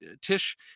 Tish